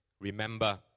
remember